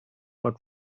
but